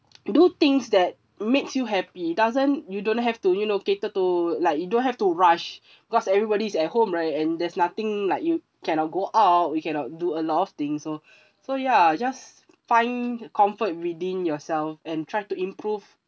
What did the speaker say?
do things that makes you happy doesn't you don't have to you know cater to like you don't have to rush because everybody is at home right and there's nothing like you cannot go out you cannot do a lot of things so so ya just find comfort within yourself and try to improve